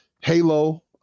Halo